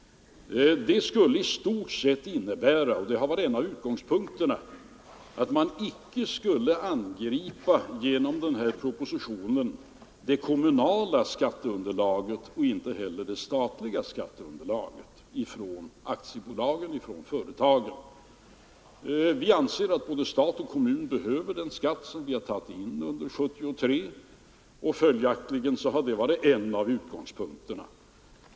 Detta innebär i stort sett — och det har varit en av utgångspunkterna —- att man inte genom denna proposition från aktiebolagen och företagen skulle angripa det kommunala skatteunderlaget och inte heller det statliga skatteunderlaget. Vi anser att både stat och kommun behöver den skatt som vi tagit in under 1973. Följaktligen har det varit en av utgångspunkterna.